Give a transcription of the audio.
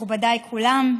מכובדיי כולם,